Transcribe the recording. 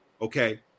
Okay